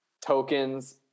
tokens